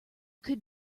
could